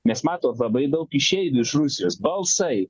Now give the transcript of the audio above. nes matot labai daug išeivių iš rusijos balsai